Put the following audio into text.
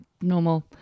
normal